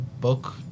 book